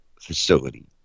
facility